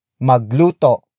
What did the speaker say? Magluto